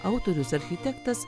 autorius architektas